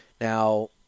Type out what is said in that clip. Now